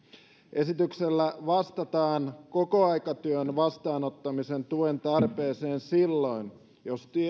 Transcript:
esityksellä vastataan kokoaikatyön vastaanottamisen tuen tarpeeseen silloin jos